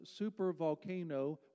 supervolcano